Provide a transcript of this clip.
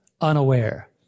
Unaware